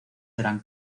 eran